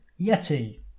Yeti